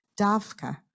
Davka